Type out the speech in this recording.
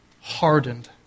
hardened